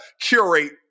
curate